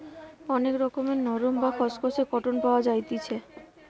অনেক রকমের নরম, বা খসখসে কটন পাওয়া যাইতেছি